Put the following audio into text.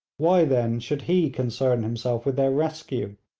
why, then, should he concern himself with their rescue?